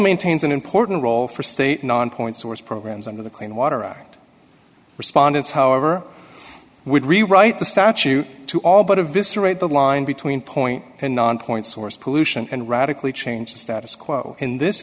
maintains an important role for state non point source programs under the clean water act respondents however would rewrite the statute to all but a visceral the line between point and nonpoint source pollution and radically change the status quo in this